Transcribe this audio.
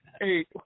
hey